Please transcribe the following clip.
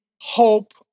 hope